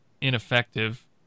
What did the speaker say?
ineffective